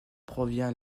provient